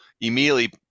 immediately